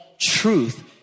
truth